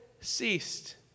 ceased